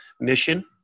mission